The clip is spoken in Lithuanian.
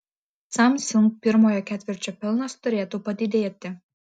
samsung pirmojo ketvirčio pelnas turėtų padidėti